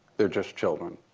they're just children.